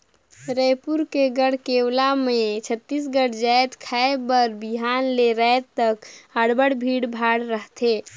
रइपुर के गढ़कलेवा म छत्तीसगढ़ जाएत खाए बर बिहान ले राएत तक अब्बड़ भीड़ भाड़ रहथे